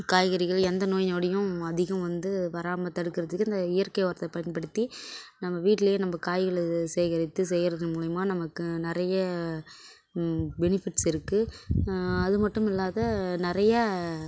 காய்கறிகள் எந்த நோய் நொடியும் அதிகம் வந்து வராமல் தடுக்கிறதுக்கு இந்த இயற்கை உரத்தை பயன்படுத்தி நம்ம வீட்லேயே நம்ம காய்கள் சேகரித்து செய்கிறது மூலயமா நமக்கு நிறைய பெனிஃபிட்ஸ் இருக்குது அது மட்டும் இல்லாது நிறைய